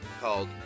Called